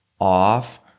off